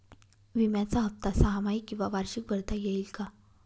विम्याचा हफ्ता सहामाही किंवा वार्षिक भरता येईल का?